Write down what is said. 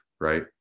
right